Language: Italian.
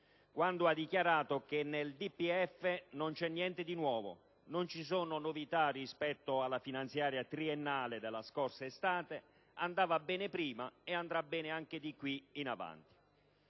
quando ha dichiarato che nel DPEF non c'è niente di nuovo, non ci sono novità rispetto alla finanziaria triennale della scorsa estate. Andava bene prima e andrà bene anche di qui in avanti.